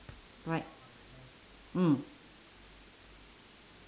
right mm